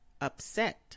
Upset